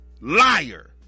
liar